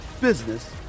business